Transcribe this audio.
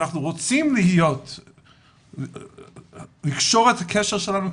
אנחנו רוצים לקשור את הקשר שלנו,